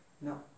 No